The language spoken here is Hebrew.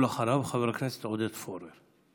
ואחריו, חבר הכנסת עודד פורר.